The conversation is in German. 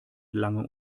lange